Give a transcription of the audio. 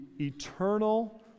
eternal